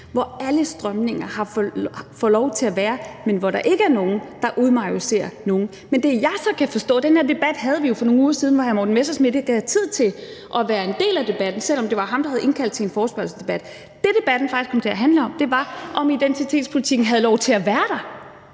hvor alle strømninger får lov til at være der, og hvor der ikke er nogen, der majoriserer nogen. Den her debat havde vi jo for nogle uger siden, men der havde hr. Morten Messerschmidt ikke tid til at være en del af debatten, selv om det var ham, der havde indkaldt til en forespørgselsdebat. Det, debatten faktisk kom til at handle om, var, om identitetspolitikken havde lov til at være der.